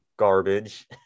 garbage